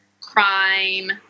crime